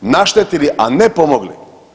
Naštetili, a ne pomogli.